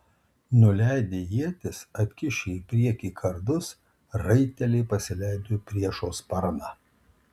nuleidę ietis atkišę į priekį kardus raiteliai pasileido į priešo sparną